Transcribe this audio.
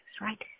right